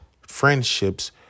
friendships